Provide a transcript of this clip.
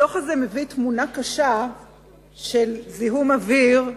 הדוח הזה מביא תמונה קשה של זיהום אוויר,